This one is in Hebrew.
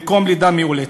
במקום לידה מאולצת?